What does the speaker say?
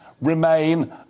remain